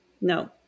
No